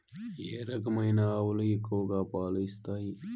ఏ రకమైన ఆవులు ఎక్కువగా పాలు ఇస్తాయి?